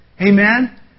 Amen